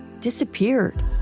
disappeared